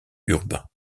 urbain